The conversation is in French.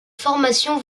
formation